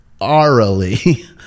aurally